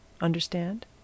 Understand